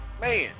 man